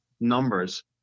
numbers